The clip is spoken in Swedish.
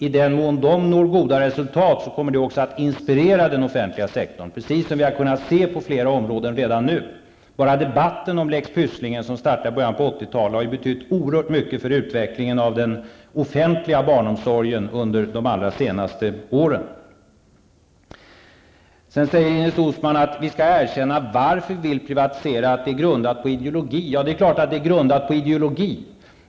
I den mån de når goda resultat tror jag att det också kommer att inspirera den offentliga sektorn, precis som vi har kunnat se att det redan nu har gjort på många områden. Bara debatten om lex Pysslingen, som startade i början av 80-talet, har betytt oerhört mycket för utvecklingen av den offentliga barnomsorgen under de allra senaste åren. Ines Uusmann säger också att vi skall erkänna varför vi vill privatisera, att det är grundat på ideologi. Ja, det är klart att det är grundat på ideologi.